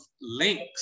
links